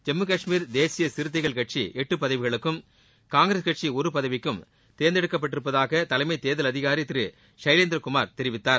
ஜம்மு காஷ்மீர் தேசிய சிறுத்தைகள் கட்சி எட்டு பதவிகளுக்கும் காங்கிரஸ் கட்சி ஒரு பதவிக்கும் தேர்ந்தெடுக்கப் பட்டிருப்பதாக தலைமை தேர்தல் அதிகாரி திரு ஷைவேந்திரகுமார் தெரிவித்தார்